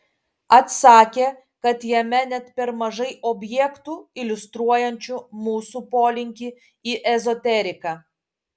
atsakė kad jame net per mažai objektų iliustruojančių mūsų polinkį į ezoteriką